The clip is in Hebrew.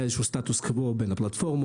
היה איזה שהוא סטטוס קבוע בין הפלטפורמות,